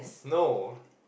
no